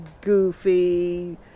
goofy